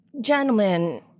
gentlemen